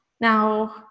now